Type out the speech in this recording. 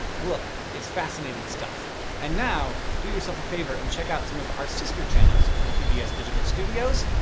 look, it's fascinating stuff and now do yourself a favor and check out some of our sister channels from pbs digital studios.